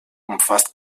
umfasst